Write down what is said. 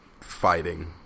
fighting